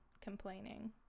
complaining